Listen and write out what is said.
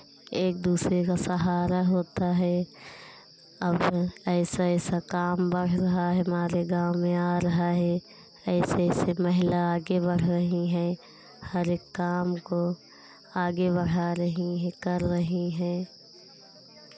एक दूसरे का सहारा होता है अब ऐसा ऐसा काम बढ़ रहा है हमारे गाँव में आ रहा है ऐसे ऐसे महिला आगे बढ़ रही हैं हर एक काम को आगे बढ़ा रही हैं कर रही हैं